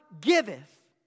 giveth